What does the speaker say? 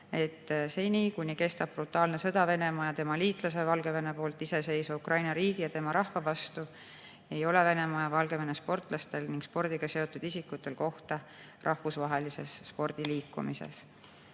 et seni, kuni kestab Venemaa ja tema liitlase Valgevene brutaalne sõda iseseisva Ukraina riigi ja tema rahva vastu, ei ole Venemaa ja Valgevene sportlastel ning spordiga seotud isikutel kohta rahvusvahelises spordiliikumises.